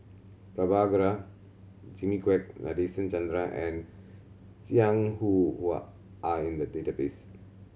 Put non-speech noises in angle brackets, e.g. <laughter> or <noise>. Prabhakara Jimmy Quek Nadasen Chandra and Jiang Hu <unintelligible> are in the database